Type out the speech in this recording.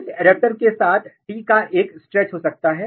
इस एडेप्टर के पास T का एक स्ट्रेच हो सकता है